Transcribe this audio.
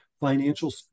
financial